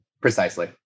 Precisely